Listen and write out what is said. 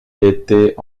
était